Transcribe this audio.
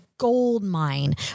goldmine